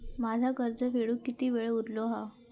माझा कर्ज फेडुक किती वेळ उरलो हा?